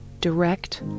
direct